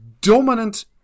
dominant